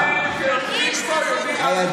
לא,